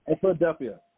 Philadelphia